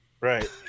right